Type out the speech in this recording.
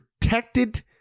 protected